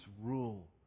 rule